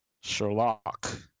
Sherlock